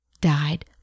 died